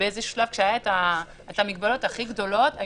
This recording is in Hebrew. באיזשהו שלב כשהיו את המגבלות הכי גדולות,